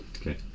Okay